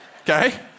Okay